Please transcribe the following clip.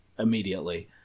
immediately